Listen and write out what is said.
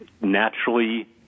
naturally